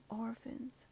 orphans